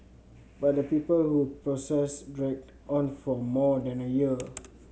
but the people who process dragged on for more than a year